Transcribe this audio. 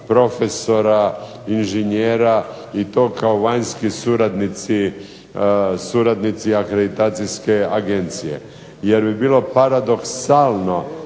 profesora, inženjera i to kao vanjski suradnici, suradnici Akreditacijske agencije. Jer bi bilo paradoksalno